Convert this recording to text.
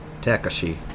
Takashi